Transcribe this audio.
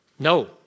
No